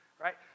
right